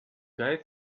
guy